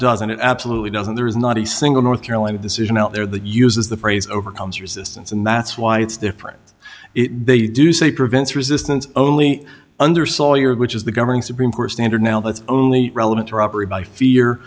doesn't it absolutely does and there is not a single north carolina decision out there that uses the phrase overcomes resistance and that's why it's different if they do say prevents resistance only under sawyer which is the governing supreme court standard now that's only relevant to robbery by fear